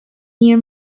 near